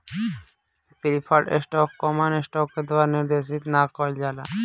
preferred stock common stock के द्वारा निर्देशित ना कइल जाला